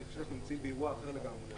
אני חושב שאנחנו נמצאים באירוע אחר לגמרי.